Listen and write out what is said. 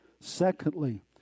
Secondly